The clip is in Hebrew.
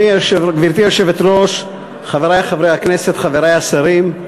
גברתי היושבת-ראש, חברי חברי הכנסת, חברי השרים,